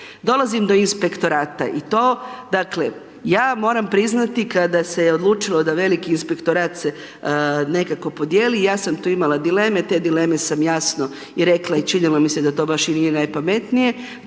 Dolazim do inspektorata. I to, ja moram priznati kada se je odlučilo da veliki inspektorat se nekako podijeli, ja sam tu imala dileme, te dileme sam jasno i rekla i činilo mi se da to baš i nije najpametnije,